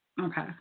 Okay